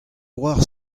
oar